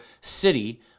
city